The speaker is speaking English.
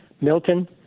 Milton